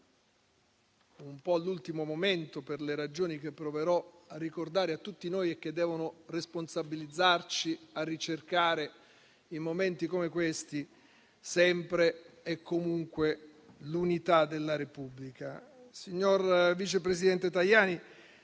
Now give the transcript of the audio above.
un po' all'ultimo momento, per le ragioni che proverò a ricordare a tutti noi e che devono responsabilizzarci, in momenti come questo, a ricercare sempre e comunque l'unità della Repubblica. Signor vice presidente Tajani,